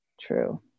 true